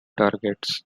targets